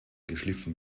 geschliffen